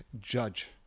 judge